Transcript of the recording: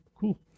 cool